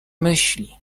myśli